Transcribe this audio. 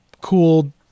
cool